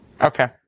Okay